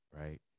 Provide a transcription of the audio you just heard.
right